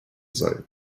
soll